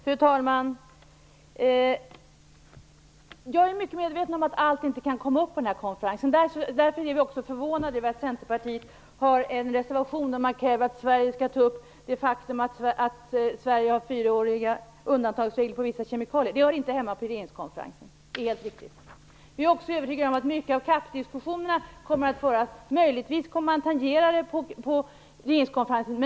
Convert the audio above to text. Fru talman! Jag är mycket medveten om att allt inte kan komma upp på konferensen. Därför är vi förvånade över att Centerpartiet har en reservation där man kräver att Sverige skall ta upp det faktum att Sverige har fyraåriga undantagsregler för vissa kemikalier. Detta hör inte hemma på regeringskonferensen. Det är helt riktigt. Jag är också övertygad om att mycket av CAP diskussionerna kommer att föras i andra forum, även om det möjligtvis kommer att tangeras på regeringskonferensen.